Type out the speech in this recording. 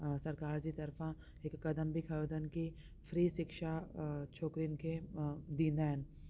ऐं सरकार जी तरफां हिक कदम बि खयों अथन की फ्री शिक्षा छोकिरियुन खे ॾींदा आहिनि